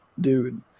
dude